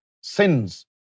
sins